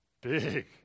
Big